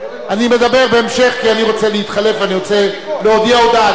ואני רוצה, לא,